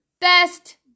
Best